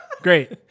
Great